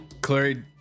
Clary